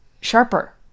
sharper